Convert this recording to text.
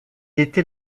était